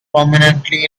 prominently